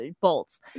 bolts